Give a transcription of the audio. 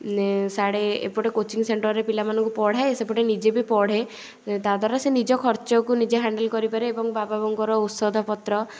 ନେ ସାଡ଼େ ଏପଟେ କୋଚିଂ ସେଣ୍ଟର୍ରେ ପିଲାମାନଙ୍କୁ ପଢ଼ାଏ ସେପଟେ ନିଜେ ବି ପଢ଼େ ତା ଦ୍ଵାରା ସେ ନିଜ ଖର୍ଚ୍ଚକୁ ନିଜେ ହ୍ୟାଣ୍ଡେଲ୍ କରିପାରେ ଏବଂ ବାବା ବୋଉଙ୍କର ଔଷଧପତ୍ର